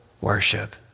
worship